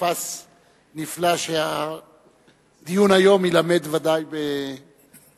פסיפס נפלא, שהדיון היום יילמד ודאי עוד,